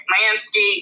landscape